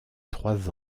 trois